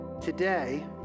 today